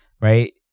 right